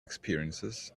experiences